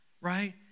right